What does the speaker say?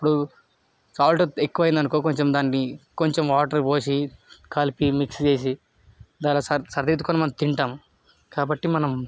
ఇప్పుడు సాల్ట్ ఎక్కువైంది అనుకో కొంచం దాన్ని కొంచం వాటర్ పోసి కలిపి మిక్స్ చేసి దాన్ని సర్ సరిదిద్దుకొని మనం తింటాము కాబ్బటి మనం